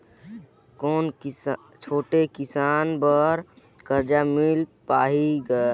कौन छोटे किसान बर कर्जा मिल पाही ग?